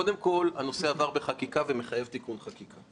קודם כול הנושא עבר בחקיקה ומחייב תיקון חקיקה,